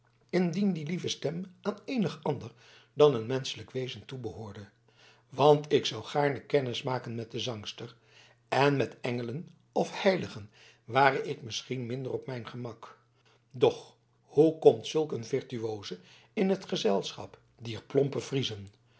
indien die lieve stem aan eenig ander dan een menschelijk wezen toebehoorde want ik zou gaarne kennis maken met de zangster en met engelen of heiligen ware ik misschien minder op mijn gemak doch hoe komt zulk een virtuose in t gezelschap dier plompe friezen